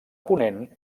ponent